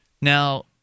Now